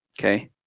Okay